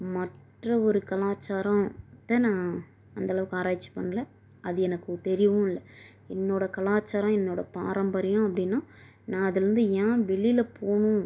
மற்ற ஒரு கலாச்சாரத்தை நான் அந்தளவுக்கு ஆராய்ச்சி பண்ணல அது எனக்கு தெரியவும் இல்லை என்னோட கலாச்சாரம் என்னோட பாரம்பரியம் அப்படின்னா நான் அதுலேந்து ஏன் வெளியில போகணும்